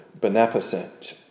beneficent